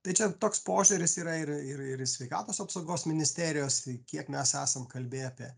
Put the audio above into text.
tai čia toks požiūris yra ir ir ir iš sveikatos apsaugos ministerijos i kiek mes esam kalbėję apie